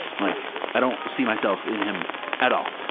like i don't see myself in him at all.